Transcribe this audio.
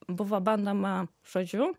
buvo bandoma žodžiu